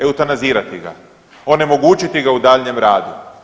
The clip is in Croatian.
Eutanazirati ga, onemogućiti ga u daljnjem radu.